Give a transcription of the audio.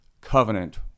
covenant